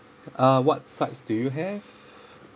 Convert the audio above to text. uh what sides do you have